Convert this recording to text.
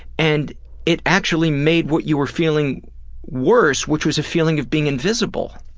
and it actually made what you were feeling worse, which was a feeling of being invisible.